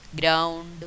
ground